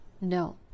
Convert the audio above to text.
no